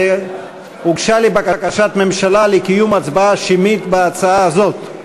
הוגשה בקשת הממשלה לקיום הצבעה שמית בהצעה זו.